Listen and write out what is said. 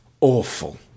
awful